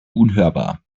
unhörbar